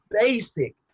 basic